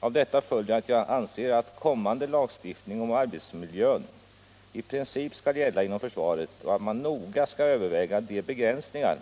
Av detta följer att jag anser att kommande lagstiftning om arbetsmiljön i princip skall gälla inom försvaret och att man noga skall överväga de begränsningar